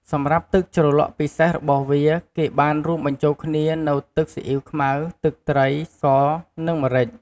សម្រាប់ទឹកជ្រលក់ពិសេសរបស់វា គេបានរួមបញ្ចូលគ្នានូវទឹកស៊ីអ៉ីវខ្មៅ ទឹកត្រី ស្ករ និងម្រេច